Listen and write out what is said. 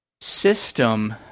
system